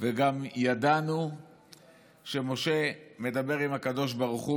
וגם ידענו שמשה מדבר עם הקדוש ברוך הוא,